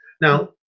Now